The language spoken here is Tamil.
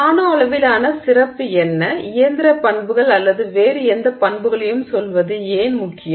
நானோ அளவிலான சிறப்பு என்ன இயந்திர பண்புகள் அல்லது வேறு எந்த பண்புகளையும் சொல்வது ஏன் முக்கியம்